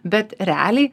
bet realiai